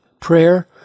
prayer